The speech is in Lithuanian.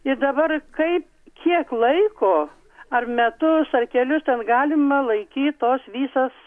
ir dabar kaip kiek laiko ar metus ar kelius ten galima laikyt tos visos